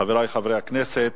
חברי חברי הכנסת,